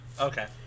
Okay